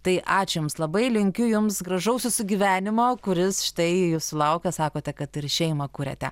tai ačiū jums labai linkiu jums gražaus susigyvenimo kuris štai jūsų laukia sakote kad ir šeimą kuriate